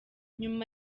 nyuma